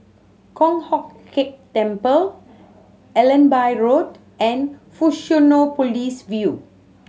Kong Hock Keng Temple Allenby Road and Fusionopolis View